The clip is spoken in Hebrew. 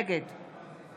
נגד